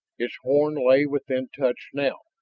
its horn lay within touch now.